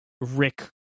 Rick